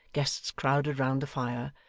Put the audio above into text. guests crowded round the fire,